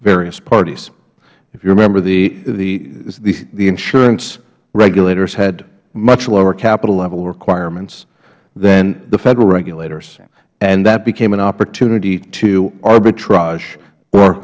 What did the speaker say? various parties if you remember the insurance regulators had much lower capital level requirements than the federal regulators and that became an opportunity to arbitrage or